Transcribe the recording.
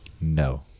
No